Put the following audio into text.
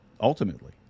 ultimately